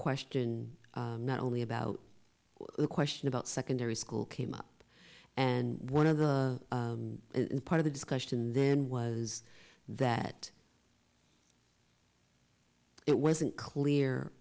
question not only about the question about secondary school came up and one of the in part of the discussion then was that it wasn't clear